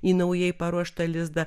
į naujai paruoštą lizdą